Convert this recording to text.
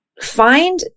find